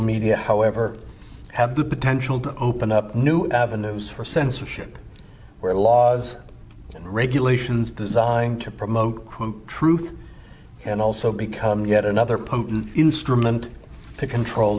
media however have the potential to open up new avenues for censorship where laws and regulations designed to promote quote truth can also become yet another potent instrument to control